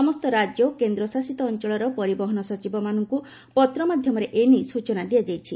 ସମସ୍ତ ରାଜ୍ୟ ଓ କେନ୍ଦ୍ର ଶାସିତ ଅଞ୍ଚଳର ପରିବହନ ସଚିବମାନଙ୍କୁ ପତ୍ର ମାଧ୍ୟମରେ ଏ ନେଇ ସୂଚନା ଦିଆଯାଇଛି